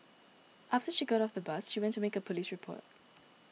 after she got off the bus she went to make a police report